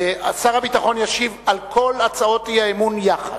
שר הביטחון ישיב על כל הצעות האי-אמון יחד,